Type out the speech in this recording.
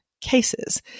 Cases